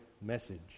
message